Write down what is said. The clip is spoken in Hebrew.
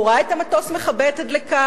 והוא ראה את המטוס מכבה את הדלקה,